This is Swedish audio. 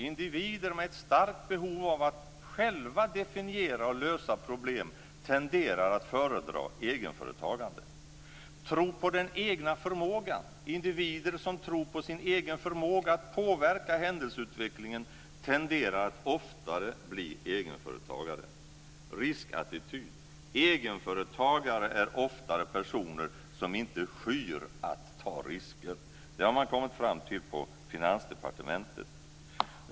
Individer med ett starkt behov av att själva definiera och lösa problem tenderar att föredra egenföretagande. 2. Tro på den egna förmågan. Individer som tror på sin egen förmåga att påverka händelseutvecklingen tenderar att oftare bli egenföretagare. 3. Riskattityd. Egenföretagare är oftare personer som inte skyr att ta risker." Detta har man kommit fram till på Finansdepartementet.